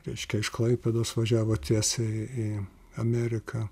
reiškia iš klaipėdos važiavo tiesiai į ameriką